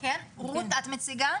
אז כמו שאמרת כבוד היושבת ראש,